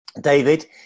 David